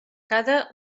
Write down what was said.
cada